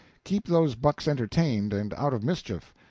keep those bucks entertained and out of mischief,